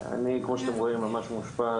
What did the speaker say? כמו שאתם רואים אני ממש מאושפז,